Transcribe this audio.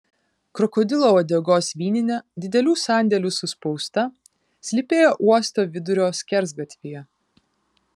krokodilo uodegos vyninė didelių sandėlių suspausta slypėjo uosto vidurio skersgatvyje